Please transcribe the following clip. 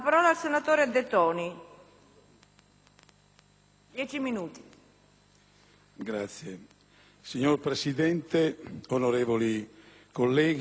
40 minuti;